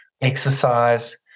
exercise